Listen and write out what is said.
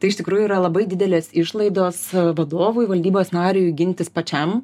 tai iš tikrųjų yra labai didelės išlaidos vadovui valdybos nariui gintis pačiam